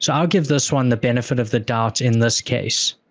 so i'll give this one the benefit of the doubt in this case.